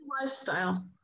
lifestyle